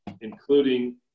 including